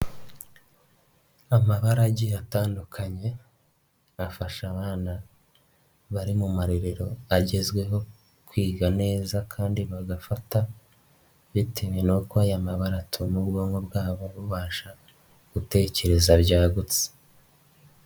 Amabara agiye atandukanye afasha abana bari mu marerero agezweho kwiga neza kandi bagafata bitewe n'uko aya mabara atuma ubwonko bwabo bubasha gutekereza byagutse.